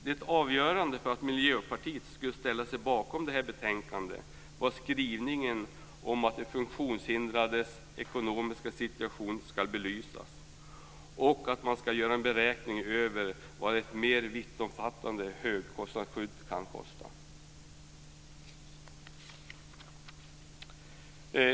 Det avgörande för att Miljöpartiet skulle ställa sig bakom det här betänkandet var skrivningen om att de funktionshindrades ekonomiska situation ska belysas och att man ska göra en beräkning över vad ett mer vittomfattande högkostnadsskydd kan kosta.